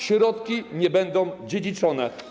Środki nie będą dziedziczone.